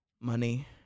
money